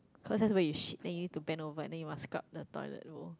cause time when you shit then you need to bend over then you must scrab the toilet bowl